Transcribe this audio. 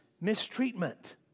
mistreatment